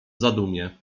zadumie